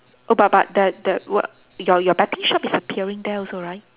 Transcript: oh but but the the what your your betting shop is appearing there also right